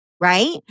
right